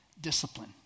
discipline